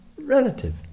relative